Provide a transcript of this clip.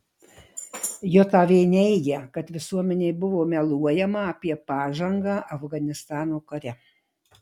jav neigia kad visuomenei buvo meluojama apie pažangą afganistano kare